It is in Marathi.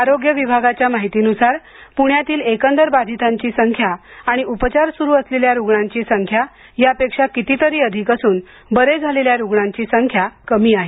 आरोग्य विभागाच्या माहितीन्सार प्ण्यातील एकंदर बाधितांची संख्या आणि उपचार सुरू असलेल्या रुग्णांची संख्या यापेक्षा कितीतरी अधिक असून बरे झालेल्या रुग्णांची संख्या कमी आहे